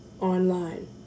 online